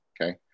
okay